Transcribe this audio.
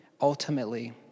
Ultimately